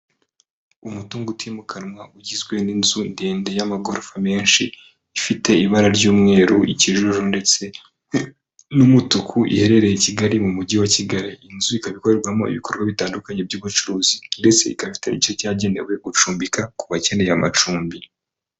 Umutungo utimukanwa ugizwe n'inzu ndende y'amagorofa menshi ifite ibara ry'umweru, ikijuju ndetse n'umutuku iherereye i Kigali mu mujyi wa Kigali, inzu ikaba ikorerwamo ibikorwa bitandukanye by'ubucuruzi ndetse ikaba ifite n'igice cyagenewe gucumbika ku bakeneye amacumbi.